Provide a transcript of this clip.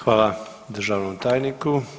Hvala državnom tajniku.